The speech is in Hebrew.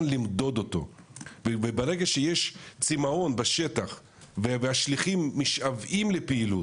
למדוד אותו וברגע שיש צימאון בשטח והשליחים משוועים לפעילות